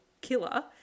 killer